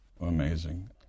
Amazing